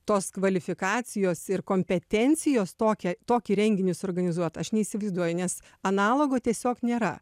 tos kvalifikacijos ir kompetencijos tokią tokį renginį suorganizuot aš neįsivaizduoju nes analogo tiesiog nėra